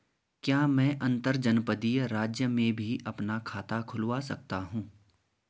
क्या मैं अंतर्जनपदीय राज्य में भी अपना खाता खुलवा सकता हूँ?